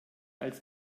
als